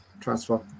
transfer